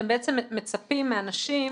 אתם בעצם מצפים מאנשים